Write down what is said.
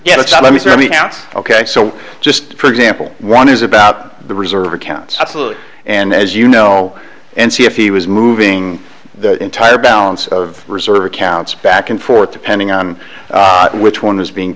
antsy ok so just for example one is about the reserve accounts absolutely and as you know and see if he was moving the entire balance of reserve accounts back and forth depending on which one was being